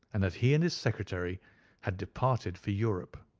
and that he and his secretary had departed for europe.